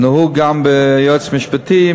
זה נהוג גם לגבי יועץ משפטי,